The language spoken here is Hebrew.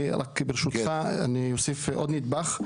ברשותך, אני אוסיף עוד נדבך.